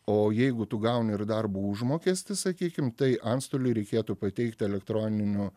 o jeigu tu gauni ir darbo užmokestį sakykim tai antstoliui reikėtų pateikti elektroniniu